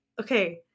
okay